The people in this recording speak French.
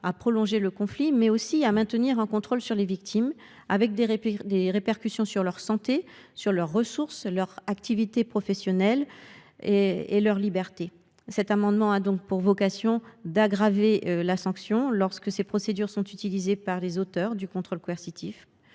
à prolonger le conflit, mais aussi à maintenir un contrôle sur les victimes, avec des répercussions sur la santé de ces dernières, leurs ressources, leur activité professionnelle et leur liberté. Cet amendement a donc pour vocation d’aggraver la sanction lorsque ces procédures sont utilisées par les auteurs du contrôle coercitif,